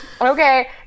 okay